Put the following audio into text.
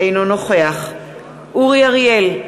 אינו נוכח אורי אריאל,